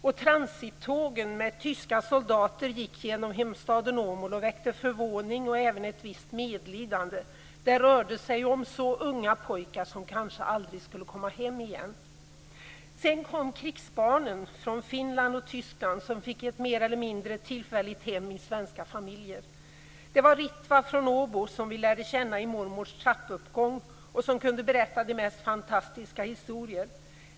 Och transittågen med tyska soldater gick genom hemstaden Åmål och väckte förvåning och även ett visst medlidande. Det rörde sig om så unga pojkar som kanske aldrig skulle komma hem igen. Sedan kom krigsbarnen från Finland och Tyskland, som fick ett mer eller mindre tillfälligt hem i svenska familjer. Det var Ritva från Åbo, som vi lärde känna i mormors trappuppgång och som kunde berätta de mest fantastiska historier.